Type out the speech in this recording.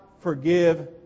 forgive